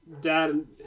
Dad